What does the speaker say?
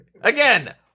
Again